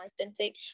authentic